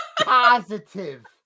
positive